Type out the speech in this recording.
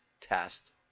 test